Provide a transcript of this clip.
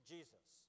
Jesus